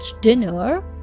dinner